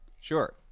Sure